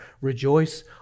Rejoice